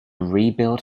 rebuild